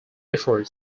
differed